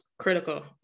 Critical